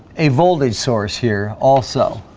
a voltage source here also